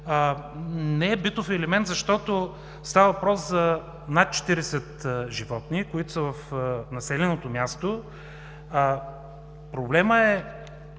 Не е битов елемент, защото става въпрос за над 40 животни, които са в населеното място. Проблемът е